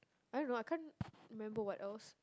I don't know I can't remember what else